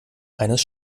eines